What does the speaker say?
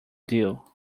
deal